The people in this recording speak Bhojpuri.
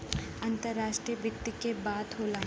अंतराष्ट्रीय वित्त के बात होला